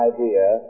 idea